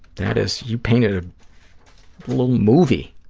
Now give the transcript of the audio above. that is, you painted a little movie.